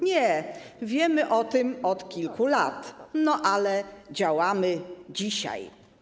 Nie, wiemy o tym od kilku lat, ale działamy dzisiaj.